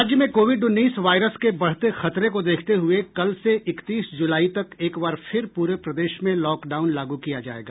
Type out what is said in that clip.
राज्य में कोविड उन्नीस वायरस के बढ़ते खतरे को देखते हुये कल से इकतीस जुलाई तक एक बार फिर पूरे प्रदेश में लॉकडाउन लागू किया जायेगा